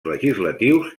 legislatius